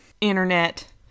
internet